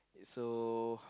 so